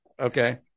Okay